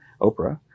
Oprah